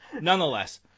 Nonetheless